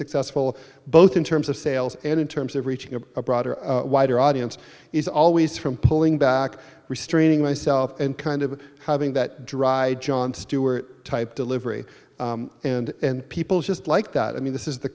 successful both in terms of sales and in terms of reaching a broader wider audience is always from pulling back restraining myself and kind of having that dry jon stewart type delivery and people just like that i mean this is the